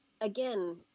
Again